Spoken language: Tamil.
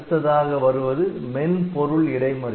அடுத்ததாக வருவது மென்பொருள் இடைமறி